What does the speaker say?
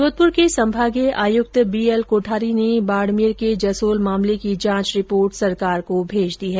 जोधपुर के संभागीय आयुक्त बी एल केठारी ने बाडमेर के जसोल की जांच रिपोर्ट सरकार को भेज दी है